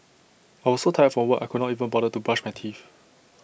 I was so tired from work I could not even bother to brush my teeth